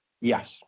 Yes